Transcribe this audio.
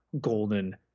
golden